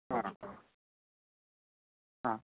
ꯑꯥ ꯑꯥ